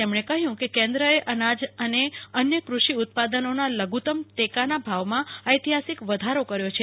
તેમણે કહ્યું કે કેન્દ્રએ અનાજઅને અન્ય કૃષિ ઉત્પાદનોના લધુત્તમ ટેકાના ભાવમાં ઐતિહાસિક વધારો કર્યો છે